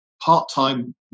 part-time